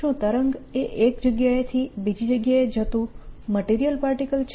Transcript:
શું તરંગ એ એક જગ્યાએથી બીજી જગ્યાએ જતું મટીરીયલ પાર્ટીકલ છે